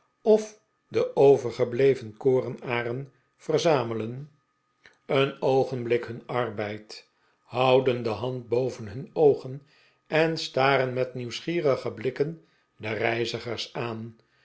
of de overgebleven korenaren verzamelen een oogenblik hun arbeid houden de hand boven hun oogen en staren met nieuwsgierige blikken de reizigers aan